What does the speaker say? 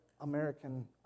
American